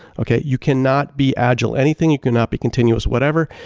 okay? you cannot be agile. anything, you cannot be continuous, whatever,